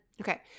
Okay